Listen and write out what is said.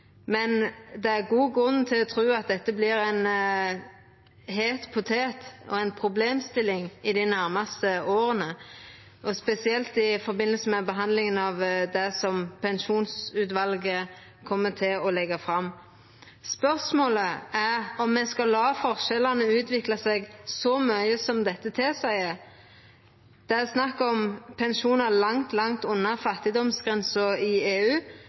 men det er god grunn til å tru at dette vert ein heit potet og ei problemstilling dei nærmaste åra, spesielt i forbindelse med behandlinga av det pensjonsutvalet kjem til å leggja fram. Spørsmålet er om me skal la forskjellane utvikla seg så mykje som dette tilseier. Det er snakk om pensjonar langt, langt under fattigdomsgrensa i EU.